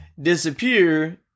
disappear